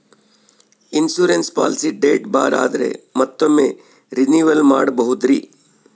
Insurance policy date ಬಾರ್ ಆದರೆ ಮತ್ತೊಮ್ಮೆ ರಿನಿವಲ್ ಮಾಡಬಹುದ್ರಿ?